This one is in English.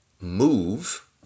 move